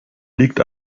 liegt